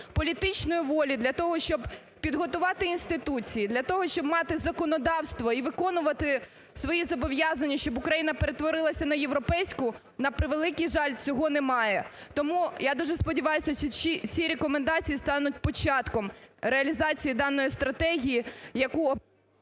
політичної волі для того, щоб підготувати інституції, для того, щоб мати законодавство і виконувати свої зобов'язання, щоб Україна перетворилася на європейську, на превеликий жаль, цього немає. Тому, я дуже сподіваюся, що ці рекомендації стануть початком реалізації даної стратегії, яку…